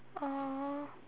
oh